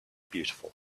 beautiful